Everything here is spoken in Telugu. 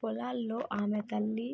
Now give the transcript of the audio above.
పొలాల్లో ఆమె తల్లి,